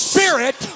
Spirit